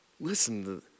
listen